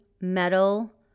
metal